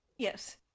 Yes